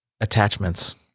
Attachments